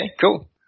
cool